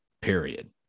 period